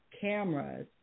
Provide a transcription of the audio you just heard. cameras